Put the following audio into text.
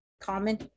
common